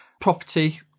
property